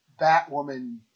Batwoman